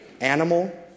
animal